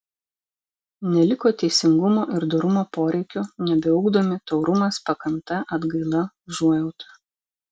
neliko teisingumo ir dorumo poreikių nebeugdomi taurumas pakanta atgaila užuojauta